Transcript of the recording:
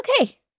okay